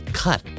cut